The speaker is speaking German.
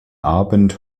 abend